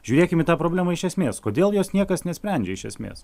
žiūrėkim į tą problemą iš esmės kodėl jos niekas nesprendžia iš esmės